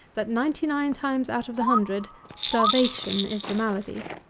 that ninety-nine times out of the hundred starvation is the malady.